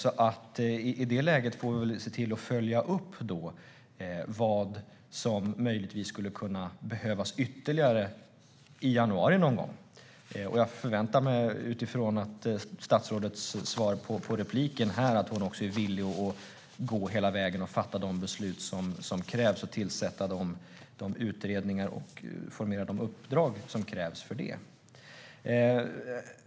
I detta läge får vi nog någon gång i januari se till att följa upp vad som möjligtvis skulle behövas ytterligare. Utifrån det svar som statsrådet gav i sitt senaste anförande förväntar jag mig att hon också är villig att gå hela vägen och fatta de beslut som krävs samt tillsätta de utredningar och formera de uppdrag som krävs för det.